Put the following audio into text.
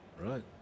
right